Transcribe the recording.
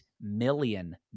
million